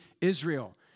Israel